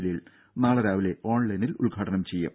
ജലീൽ നാളെ രാവിലെ ഓൺലൈനിൽ ഉദ്ഘാടനം ചെയ്യും